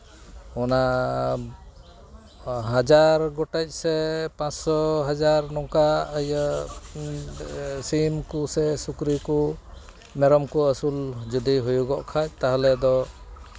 ᱚᱱᱟ ᱦᱟᱡᱟᱨ ᱜᱚᱴᱮᱡ ᱥᱮ ᱯᱟᱸᱥᱥᱳ ᱦᱟᱡᱟᱨ ᱱᱚᱝᱠᱟ ᱤᱭᱟᱹ ᱥᱤᱢ ᱠᱚ ᱥᱮ ᱥᱩᱠᱨᱤ ᱠᱚ ᱢᱮᱨᱚᱢ ᱠᱚ ᱟᱹᱥᱩᱞ ᱡᱩᱫᱤ ᱦᱩᱭᱩᱜᱚᱜ ᱠᱷᱟᱱ ᱛᱟᱦᱞᱮ ᱫᱚ